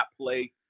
play